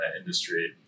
industry